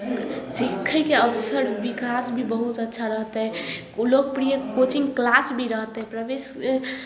प्रवेश सीखयके अबसर विकास भी बहुत अच्छा रहतै ओ लोकप्रिय कोचिंग क्लास भी रहतै